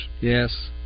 Yes